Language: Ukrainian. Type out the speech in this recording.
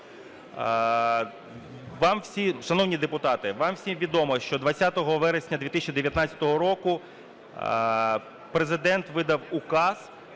Шановні депутати, вам всім відомо, що 20 вересня 2019 року Президент видав Указ